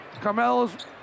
Carmelo's